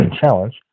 challenge